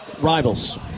Rivals